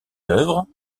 d’œuvres